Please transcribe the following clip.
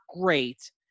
great